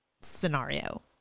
scenario